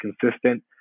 consistent